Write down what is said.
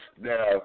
Now